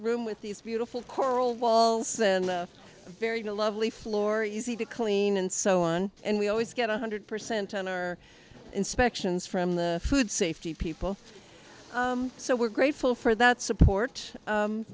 room with these beautiful coral walls and very lovely floor easy to clean and so on and we always get one hundred percent on our inspections from the food safety people so we're grateful for that support